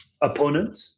opponent